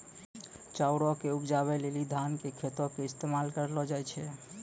चाउरो के उपजाबै लेली धान के खेतो के इस्तेमाल करलो जाय छै